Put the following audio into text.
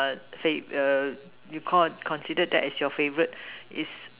err say err you con consider that as your favorite is